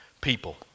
people